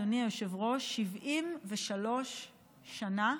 אדוני היושב-ראש, 73 שנה,